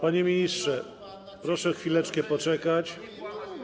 Panie ministrze, proszę chwileczkę poczekać.